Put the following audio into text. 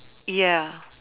ya